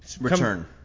Return